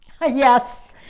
Yes